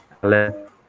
hello